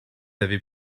avez